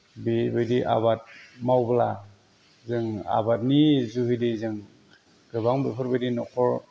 बेबायदि आबाद मावब्ला जों आबादनि जुहैदि जों गोबां बेफोरबायदि न'खर